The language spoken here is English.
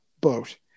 boat